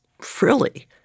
frilly